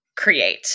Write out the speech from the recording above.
create